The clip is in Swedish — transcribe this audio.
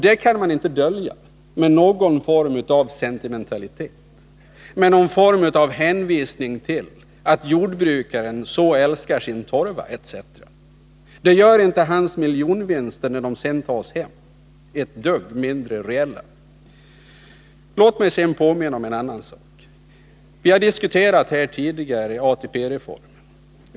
Detta kan man inte dölja med någon form av sentimentalitet, med någon form av hänvisning till att jordbrukaren så älskar sin torva etc. Det gör inte hans miljonvinster — när de sedan tas hem — ett dugg mindre reella. Låt mig sedan påminna om en annan sak. Vi har diskuterat ATP-reformen här tidigare.